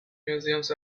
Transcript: museums